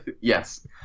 Yes